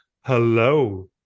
hello